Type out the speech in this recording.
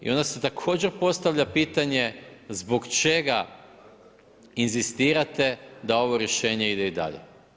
I onda se također postavlja pitanje zbog čega inzistirate da ovo rješenje ide i dalje.